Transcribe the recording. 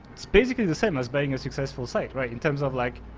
it's basically the same as being a successful site, right in terms of like,